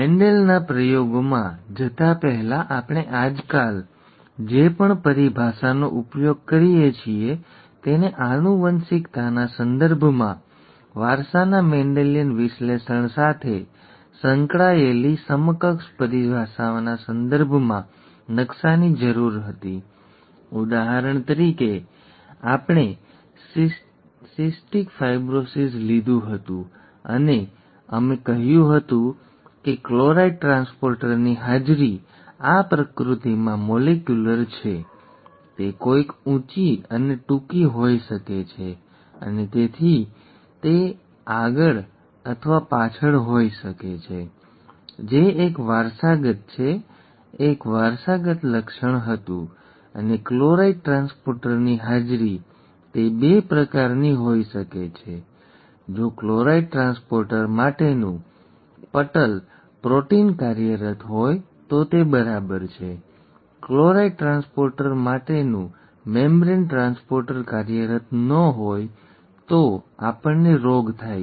મેન્ડેલના પ્રયોગોમાં જતાં પહેલાં આપણે આજકાલ જે પણ પરિભાષાનો ઉપયોગ કરીએ છીએ તેને આનુવંશિકતાના સંદર્ભમાં વારસાના મેન્ડેલિયન વિશ્લેષણ સાથે સંકળાયેલી સમકક્ષ પરિભાષાના સંદર્ભમાં નકશાની જરૂર હતી ઉદાહરણ તરીકે અમે સિસ્ટિક ફાઇબ્રોસિસ લીધું હતું અને અમે કહ્યું હતું કે ક્લોરાઇડ ટ્રાન્સપોર્ટરની હાજરી આ પ્રકૃતિમાં મોલેક્યુલર છે તે કોઈક ઊંચી અને ટૂંકી હોઈ શકે છે અને તેથી આગળ તે પણ હોઈ શકે છે અને અમે કહ્યું કે આ એક પાત્ર છે જે એક વારસાગત છે જે એક વારસાગત લક્ષણ હતું અને ક્લોરાઇડ ટ્રાન્સપોર્ટરની હાજરી તે બે પ્રકારની હોઈ શકે છે જો ક્લોરાઇડ ટ્રાન્સપોર્ટર માટેનું પટલ પ્રોટીન કાર્યરત હોય તો તે બરાબર છે ક્લોરાઇડ ટ્રાન્સપોર્ટર માટેનું મેમ્બ્રેન ટ્રાન્સપોર્ટર કાર્યરત ન હોય તો આપણને રોગ થાય છે